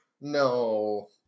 no